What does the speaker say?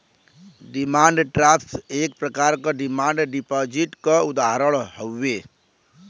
demand draft एक प्रकार क डिमांड डिपाजिट क उदाहरण हउवे